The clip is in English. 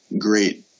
great